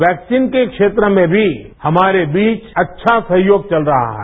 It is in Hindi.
वैक्सीन के क्षेत्र में भी हमारे बीच अच्छा सहयोग चल रहा है